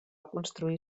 construir